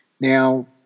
Now